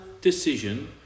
decision